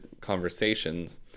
conversations